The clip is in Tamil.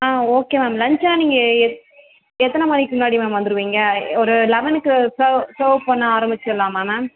ஆ ஓகே மேம் லன்ச்னால் நீங்கள் எத் எத்தனை மணிக்கு முன்னாடி மேம் வந்துடுவீங்க ஒரு லெவனுக்கு சர்வ் சர்வ் பண்ண ஆரமிச்சிடலாமா மேம்